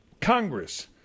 Congress